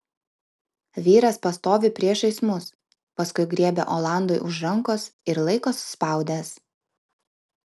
vyras pastovi priešais mus paskui griebia olandui už rankos ir laiko suspaudęs